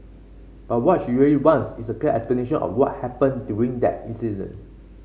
but what she really wants is a clear explanation of what happened during that incident